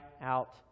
out